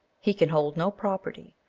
he can hold no property.